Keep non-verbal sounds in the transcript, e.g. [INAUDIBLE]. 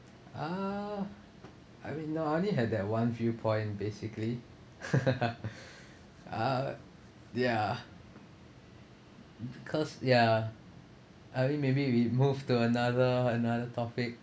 uh I mean now I only have that one viewpoint basically [LAUGHS] uh ya because ya I think maybe we move to another another topic